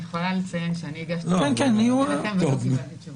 אני יכולה לציין שאני הגשתי בקשה ובינתיים לא קיבלתי תשובה.